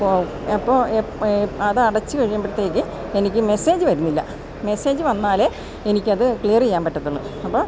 ഇപ്പോള് അപ്പോള് എപ്പ് അതടച്ച് കഴിയുമ്പഴത്തേയ്ക്ക് എനിക്ക് മെസ്സേജ് വരുന്നില്ല മെസ്സേജ് വന്നാലെ എനിക്കത് ക്ലിയറിയ്യാൻ പറ്റത്തുള്ളൂ അപ്പോള്